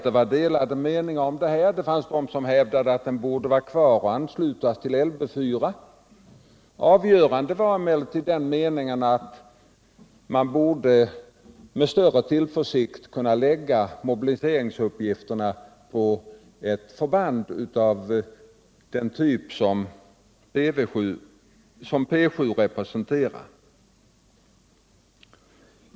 Det var delade meningar om detta. Det fanns de som hävdade att den borde vara kvar och anslutas till Lv 4. Avgörande var emellertid den meningen att man borde med större tillförsikt kunna lägga mobiliseringsuppgifterna på ett förband av den typ som P 7 representerar.